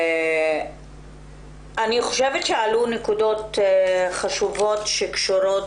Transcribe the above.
עלו נקודות חשובות שקשורות